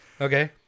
Okay